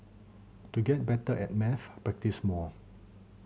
to get better at maths practise more